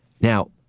Now